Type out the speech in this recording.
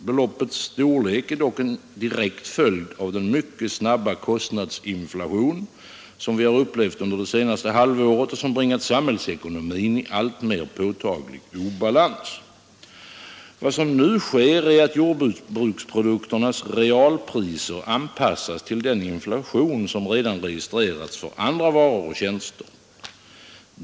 Beloppets storlek är dock en direkt följd av den mycket snabba kostnadsinflation, som vi upplevt under det senaste halvåret och som bringat samhällsekonomin i alltmer påtaglig obalans. Vad som nu sker är att jordbruksprodukternas realpriser anpassas till den inflation som redan registrerats för andra varor och tjänster.